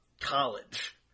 college